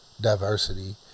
diversity